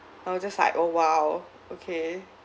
I was just like oh !wow! okay